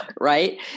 Right